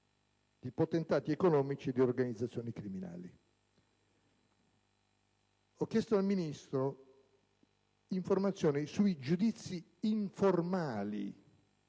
Ho chiesto al Ministro informazioni sui giudizi informali